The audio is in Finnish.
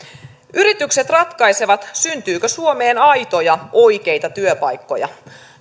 yritykset ratkaisevat syntyykö suomeen aitoja oikeita työpaikkoja